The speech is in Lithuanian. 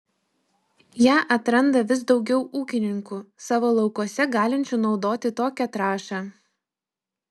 ją atranda vis daugiau ūkininkų savo laukuose galinčių naudoti tokią trąšą